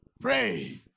Pray